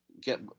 get